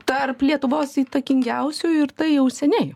tarp lietuvos įtakingiausiųjų ir tai jau seniai